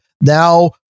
Now